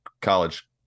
college